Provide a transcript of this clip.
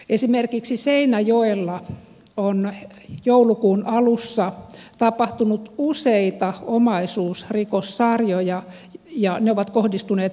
esimerkiksi seinäjoella on joulukuun alussa tapahtunut useita omaisuusrikossarjoja ja ne ovat kohdistuneet vanhuksiin